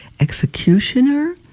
executioner